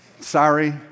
Sorry